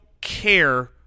care